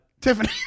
tiffany